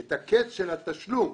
את הקץ של התשלום,